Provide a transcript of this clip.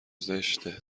زشته